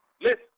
Listen